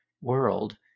world